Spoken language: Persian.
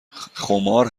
خمار